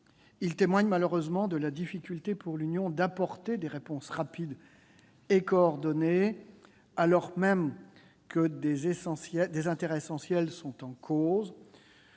et témoigne malheureusement de la difficulté pour l'Union d'apporter des réponses rapides et coordonnées, alors même que des intérêts essentiels sont en cause.